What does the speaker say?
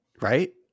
right